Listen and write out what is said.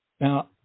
Now